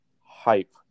hype